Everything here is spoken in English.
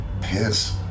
piss